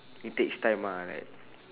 it takes time ah right